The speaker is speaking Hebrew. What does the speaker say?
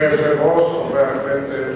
אדוני היושב-ראש, חברי הכנסת,